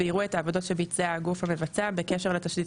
ויראו את העבודות שביצע הגוף המבצע בקשר לתשתית